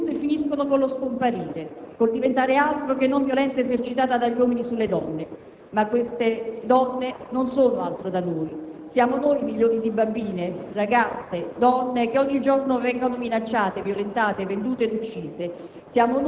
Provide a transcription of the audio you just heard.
che tutte finiscono con lo scomparire, col diventare altro che non violenza esercitata dagli uomini sulle donne. Queste donne però non sono altro da noi: siamo noi i milioni di bambine, ragazze, donne che ogni giorno vengono minacciate, violentate, vendute ed uccise;